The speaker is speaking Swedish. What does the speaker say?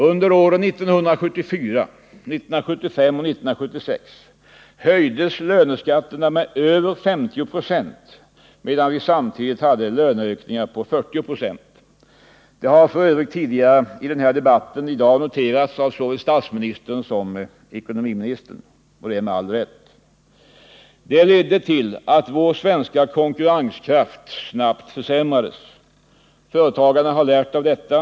Under åren 1974, 1975 och 1976 höjdes löneskatterna med över 50 26 medan vi samtidigt hade löneökningar på ca 40 96. Det har för övrigt noterats tidigare i dagens debatt av såväl statsministern som ekonomiministern, och det med all rätt. Det ledde till att vår svenska konkurrenskraft snabbt försämrades. Företagarna har lärt av detta.